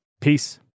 Peace